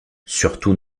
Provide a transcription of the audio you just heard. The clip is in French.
surtout